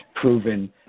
proven